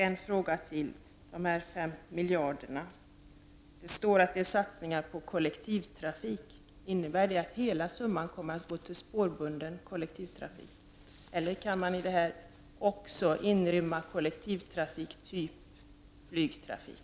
En fråga till: Det heter i svaret att de fem miljarderna är satsningar på kollektivtrafik. Innebär det att hela summan kommer att gå till spårbunden kollektivtrafik, eller ryms det i den summan också satsningar på kollektivtrafik typ flygtrafik?